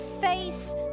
face